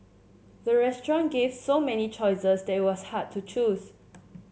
the restaurant gave so many choices that it was hard to choose